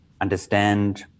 understand